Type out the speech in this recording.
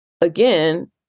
again